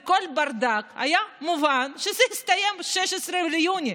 לכל בר-דעת היה מובן שהסעיף הסתיים ב-16 ביוני.